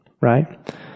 Right